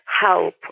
help